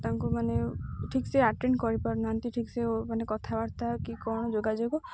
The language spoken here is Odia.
ତାଙ୍କୁ ମାନେ ଠିକ୍ ସେ ଆଟେଣ୍ଡ କରିପାରୁନାହାନ୍ତି ଠିକ୍ ସେ ମାନେ କଥାବାର୍ତ୍ତା କି କ'ଣ ଯୋଗାଯୋଗ